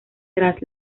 tras